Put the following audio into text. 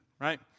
Right